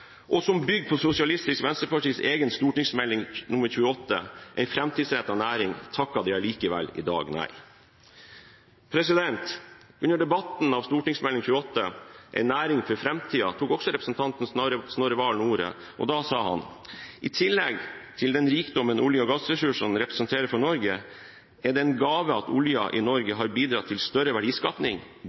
i tillegg bygger på Sosialistisk Venstrepartis egen St.meld. nr. 28 for 2010–2011, En næring for framtida, takker de i dag allikevel nei. Under debatten om St.meld. nr. 28, En næring for framtida, tok også representanten Snorre Serigstad Valen ordet, og da sa han: «I tillegg til den rikdommen olje- og gassressursene representerer for Norge, er det en gave at oljen i Norge har bidratt til større verdiskaping,